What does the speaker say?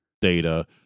data